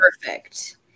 Perfect